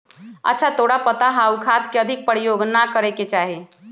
अच्छा तोरा पता हाउ खाद के अधिक प्रयोग ना करे के चाहि?